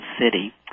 City